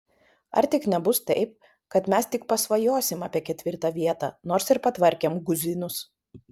ar tik nebus taip kad mes tik pasvajosim apie ketvirtą vietą nors ir patvarkėm guzinus